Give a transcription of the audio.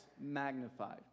magnified